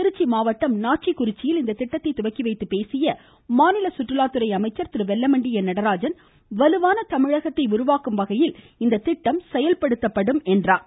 திருச்சி மாவட்டம் நாச்சிக்குறிச்சியில் இத்திட்டத்தை தொடங்கி வைத்து பேசிய மாநில சுற்றுலாத்துறை அமைச்சர் திரு வெல்லமண்டி என் நடராஜன் வலுவான தமிழகத்தை உருவாக்கும் வகையில் இத்திட்டம் செயல்படுத்தப்படும் என்றார்